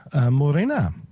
Morena